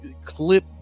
clip